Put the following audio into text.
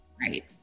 Right